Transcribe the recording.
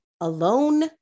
alone